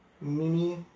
Mimi